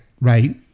right